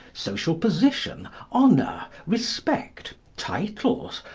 social position, honour, respect, titles,